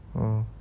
orh